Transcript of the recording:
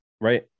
right